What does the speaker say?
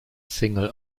single